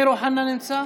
נמצא?